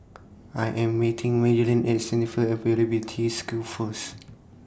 I Am meeting Maryellen At Center For Employability Skills First